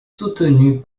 soutenues